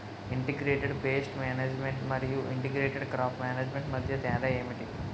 integrated pest management మరియు integrated crop management మధ్య తేడా ఏంటి